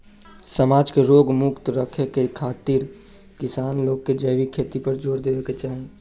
समाज के रोग मुक्त रखे खातिर किसान लोग के जैविक खेती पर जोर देवे के चाही